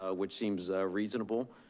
ah which seems reasonable.